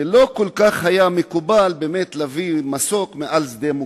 ולא כל כך מקובל להביא מסוק מעל שדה מוקשים,